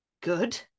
good